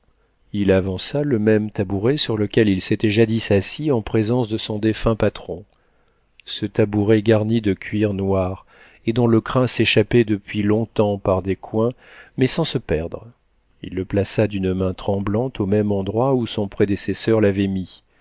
il avança le même tabouret sur lequel il s'était jadis assis en présence de son défunt patron ce tabouret garni de cuir noir et dont le crin s'échappait depuis longtemps par les coins mais sans se perdre il le plaça d'une main tremblante au même endroit où son prédécesseur l'avait mis